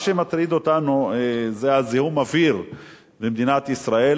מה שמטריד אותנו זה זיהום האוויר במדינת ישראל.